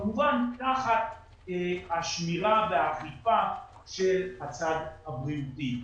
כמובן תחת השמירה והאכיפה של הצד הבריאותי.